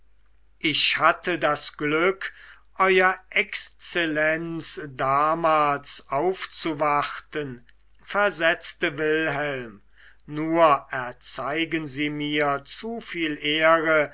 ich hatte das glück ew exzellenz damals aufzuwarten versetzte wilhelm nur erzeigen sie mir zu viel ehre